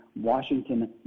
Washington